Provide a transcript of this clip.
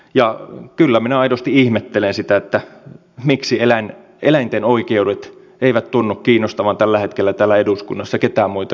ja kyllä minä aidosti ihmettelen sitä miksi eläinten oikeudet eivät tunnu kiinnostavan tällä hetkellä täällä eduskunnassa ketään muita kuin meitä perussuomalaisia